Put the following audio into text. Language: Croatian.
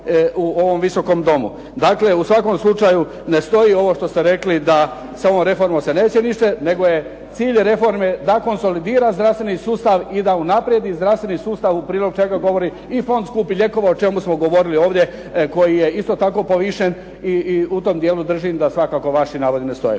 u ovom Visokom domu. Dakle, u svakom slučaju ne stoji ovo što ste rekli da sa ovom reformom se neće niša, nego je cilj reforme da konsolidira zdravstveni sustav i da unaprijedi zdravstveni sustav u prilog čega govori i fond skupih lijekova o čemu smo govorili ovdje koji je isto tako povišen. I u tom dijelu držim da svakako vaši navodi ne stoje.